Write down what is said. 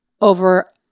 over